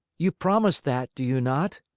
you promise that, do you not?